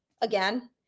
again